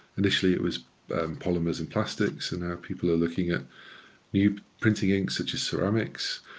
initially it was and polymers and plastics and now people are looking at new printing inks such as ceramics.